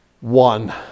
one